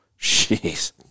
Jeez